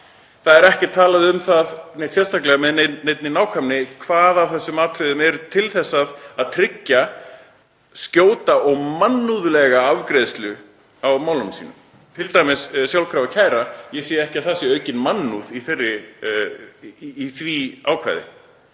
Það er ekki talað um það neitt sérstaklega með neinni nákvæmni hvað af þessum atriðum er til að tryggja skjóta og mannúðlega afgreiðslu á málum. T.d. sjálfkrafa kæra, ég sé ekki að það sé aukin mannúð í því ákvæði,